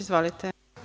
Izvolite.